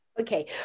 Okay